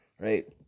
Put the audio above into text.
Right